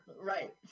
Right